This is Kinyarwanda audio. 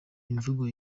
imvugo